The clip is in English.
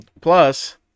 plus